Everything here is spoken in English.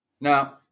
Now